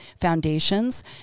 foundations